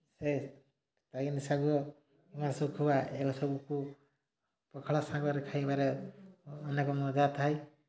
ସେ ପାଇନ୍ ଶାଗ ଶୁଖୁଆ ଏସବୁକୁ ପଖାଳ ସାଙ୍ଗରେ ଖାଇବାରେ ଅନେକ ମଜା ଥାଏ